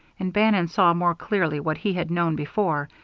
and bannon saw more clearly what he had known before,